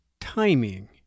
timing